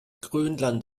grönland